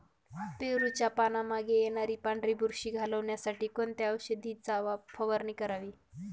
पेरूच्या पानांमागे येणारी पांढरी बुरशी घालवण्यासाठी कोणत्या औषधाची फवारणी करावी?